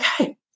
Okay